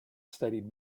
studied